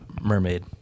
mermaid